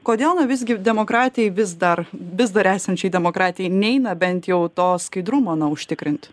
kodėl visgi demokratijai vis dar vis dar esančiai demokratijai neina bent jau to skaidrumo na užtikrint